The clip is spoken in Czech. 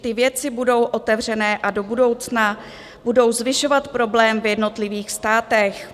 Ty věci budou otevřené a do budoucna budou zvyšovat problém v jednotlivých státech.